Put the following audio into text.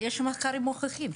יש מחקרים מוכחים.